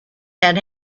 had